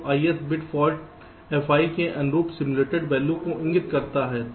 तो ith bit fault Fi के अनुरूप सिम्युलेटेड वैल्यू को इंगित करता है